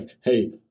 hey